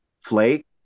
flake